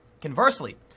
Conversely